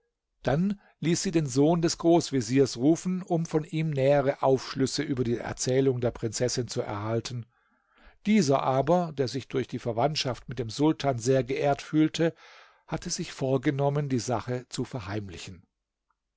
dann ließ sie den sohn des großveziers rufen um von ihm nähere aufschlüsse über die erzählung der prinzessin zu erhalten dieser aber der sich durch die verwandtschaft mit dem sultan sehr geehrt fühlte hatte sich vorgenommen die sache zu verheimlichen